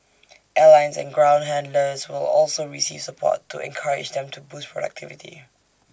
airlines and ground handlers will also receive support to encourage them to boost productivity